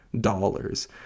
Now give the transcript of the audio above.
dollars